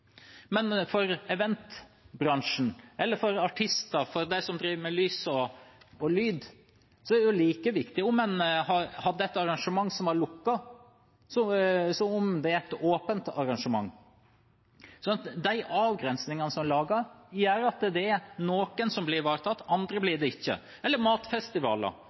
men for eventbransjen, for artister, for dem som driver med lys og lyd, er det jo like viktig uansett om en har et lukket arrangement, eller om det er et åpent arrangement. De avgrensningene en lager, gjør at noen blir ivaretatt, andre blir det ikke. Det gjelder også matfestivaler.